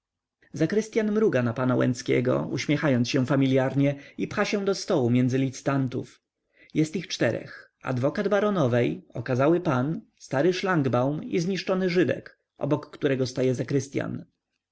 zakrystyan mruga na pana łęckiego uśmiechając się familiarnie i pcha się do stołu między licytantów jest ich czterech adwokat baronowej okazały pan stary szlangbaum i zniszczony żydek obok którego staje zakrystyan